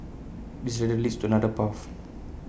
this ladder leads to another path